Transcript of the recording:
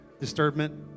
disturbment